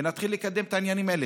ונתחיל לקדם את העניינים האלה,